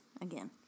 Again